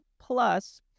plus